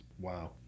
Wow